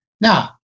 Now